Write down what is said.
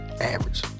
average